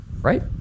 right